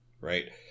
right